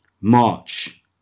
March